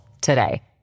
today